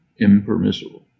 impermissible